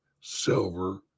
silver